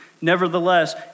Nevertheless